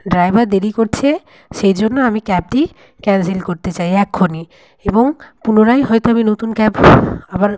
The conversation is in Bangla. ড্রাইভার দেরি করছে সেই জন্য আমি ক্যাবটি ক্যানসেল করতে চাই এখনই এবং পুনরায় হয়তো আমি নতুন ক্যাব আবার